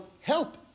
help